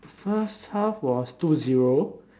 first half was two zero